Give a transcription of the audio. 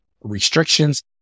restrictions